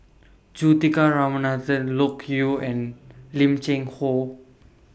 Juthika Ramanathan Loke Yew and Lim Cheng Hoe